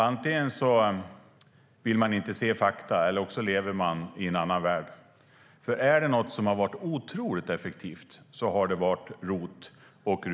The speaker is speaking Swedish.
Antingen vill man inte se fakta eller så lever man i en annan värld, för är det någonting som har varit otroligt effektivt så är det ROT och RUT.